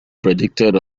predicted